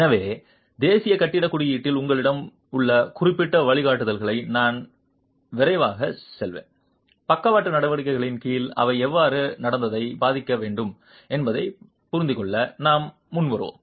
எனவே தேசிய கட்டிடக் குறியீட்டில் உங்களிடம் உள்ள குறிப்பிட்ட வழிகாட்டுதல்களை நான் விரைவாகச் செல்வேன் பக்கவாட்டு நடவடிக்கைகளின் கீழ் அவை எவ்வாறு நடத்தையை பாதிக்க வேண்டும் என்பதைப் புரிந்துகொள்ள நாம் முன்வருவோம்